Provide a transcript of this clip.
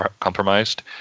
compromised